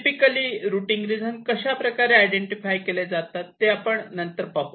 typically routing region कशा प्रकारे identify केले जातात ते आपण नंतर पाहू